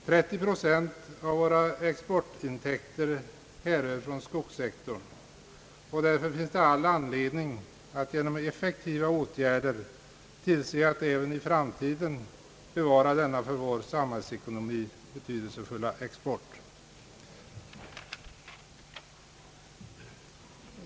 30 procent av våra exportintäkter härrör från skogssektorn, och därför finns det all anledning att genom effektiva åtgärder tillse att även i framtiden bevara denna för vår samhällsekonomi betydelsefulla export.